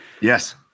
yes